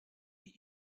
wie